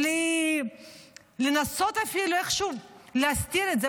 בלי לנסות אפילו איכשהו להסתיר את זה,